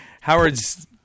Howard's